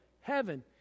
Heaven